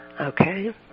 okay